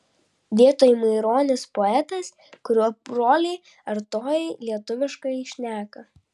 vietoj maironis poetas kurio broliai artojai lietuviškai šneka